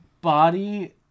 body